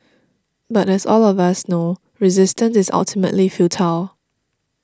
but as all of us know resistance is ultimately futile